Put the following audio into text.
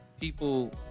People